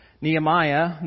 Nehemiah